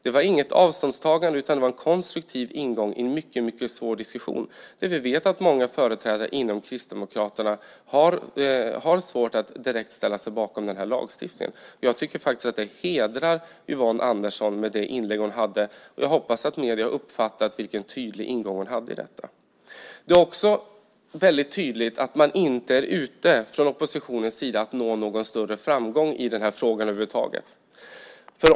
Det var inget avståndstagande utan en konstruktiv ingång i en mycket svår diskussion. Vi vet att många företrädare inom Kristdemokraterna har svårt att direkt ställa sig bakom den här lagstiftningen. Jag tycker att det inlägg Yvonne Andersson gjorde hedrar henne. Jag hoppas att medierna uppfattar vilken tydlig ingång hon hade i detta. Det är också väldigt tydligt att man från oppositionens sida inte är ute efter att nå någon större framgång i den här frågan över huvud taget.